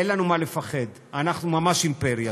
אין לנו מה לפחד, אנחנו ממש אימפריה.